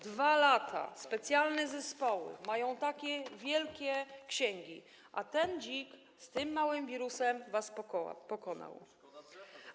2 lata, specjalne zespoły mają takie wielkie księgi, a ten dzik z tym małym wirusem was pokonał.